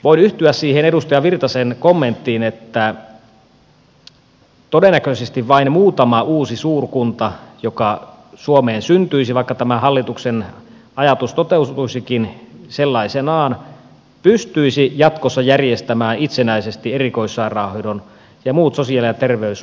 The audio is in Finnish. voin yhtyä siihen edustaja virtasen kommenttiin että vaikka tämä hallituksen ajatus toteutuisikin sellaisenaan todennäköisesti vain muutama uusi suurkunta jotka suomeen syntyisiväta tämän hallituksen ajatus toteutuisikin syntyisivät pystyisivät jatkossa järjestämään itsenäisesti erikoissairaanhoidon ja muut sosiaali ja terveydenhuollon palvelut